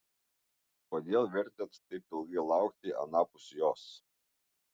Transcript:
kodėl vertėt taip ilgai laukti anapus jos